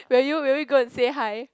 will you will you go and say hi